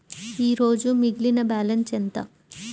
ఈరోజు మిగిలిన బ్యాలెన్స్ ఎంత?